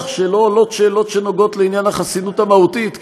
שלא עולות שאלות שנוגעות בעניין החסינות המהותית,